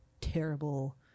terrible